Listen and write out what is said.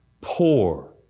poor